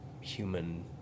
human